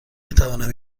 تونم